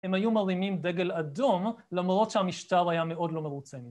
הם היו מרימים דגל אדום למרות שהמשטר היה מאוד לא מרוצה מזה.